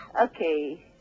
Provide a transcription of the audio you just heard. Okay